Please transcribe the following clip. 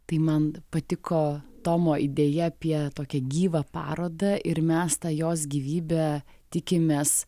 tai man patiko tomo idėja apie tokią gyvą parodą ir mes tą jos gyvybę tikimės